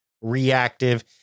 reactive